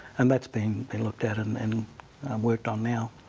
and that's being and looked at um and um worked on now.